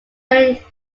many